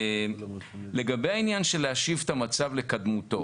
לגבי העניין של השבת המצב לקדמותו